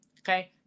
okay